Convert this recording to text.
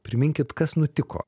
priminkit kas nutiko